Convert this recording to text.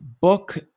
book